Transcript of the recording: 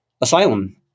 asylum